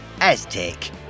Aztec